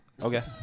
Okay